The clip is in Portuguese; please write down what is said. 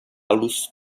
los